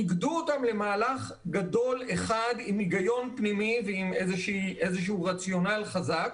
אגדו למהלך גדול אחד עם הגיון פנימי ועם רציונל חזק.